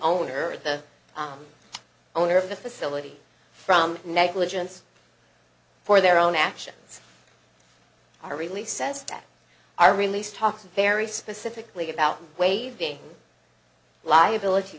owner the owner of the facility from negligence for their own actions are really says that our release talks very specifically about waiving liability